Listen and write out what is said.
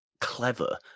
clever